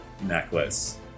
necklace